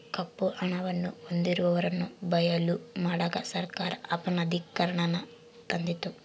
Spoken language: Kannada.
ಕಪ್ಪು ಹಣವನ್ನು ಹೊಂದಿರುವವರನ್ನು ಬಯಲು ಮಾಡಕ ಸರ್ಕಾರ ಅಪನಗದೀಕರಣನಾನ ತಂದಿತು